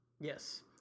Yes